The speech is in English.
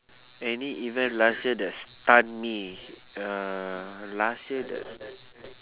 any event last year that stun me uh last year that